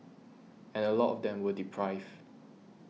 and a lot of them were deprived